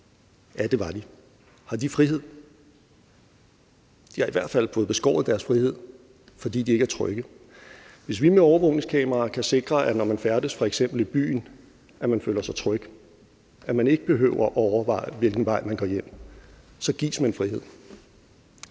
at det har de. Har de frihed? De har i hvert fald fået beskåret deres frihed, fordi de ikke er trygge. Hvis vi med overvågningskameraer kan sikre, at man, når man f.eks. færdes i byen, føler sig tryg, og at man ikke behøver overveje, hvilken vej man går hjem, så gives man frihed.